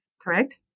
correct